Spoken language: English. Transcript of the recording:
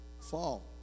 Fall